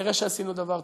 כנראה שעשינו דבר טוב.